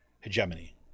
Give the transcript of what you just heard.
hegemony